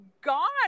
gone